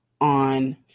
on